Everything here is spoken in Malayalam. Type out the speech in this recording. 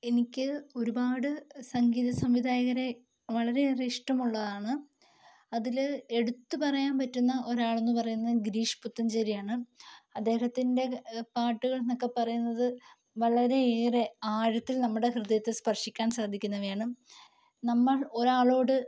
എനിക്ക് ഒരുപാട് സംഗീത സംവിധായകരെ വളരെയേറെ ഇഷ്ടമുള്ളതാണ് അതില് എടുത്ത് പറയാൻ പറ്റുന്ന ഒരാളെന്ന് പറയുന്നത് ഗിരീഷ് പുത്തഞ്ചേരിയാണ് അദ്ദേഹത്തിൻ്റെ പാട്ടുകൾ എന്നൊക്കെ പറയുന്നത് വളരെയേറെ ആഴത്തിൽ നമ്മുടെ ഹൃദയത്തെ സ്പർശിക്കാൻ സാധിക്കുന്നവയാണ് നമ്മൾ ഒരാളോട്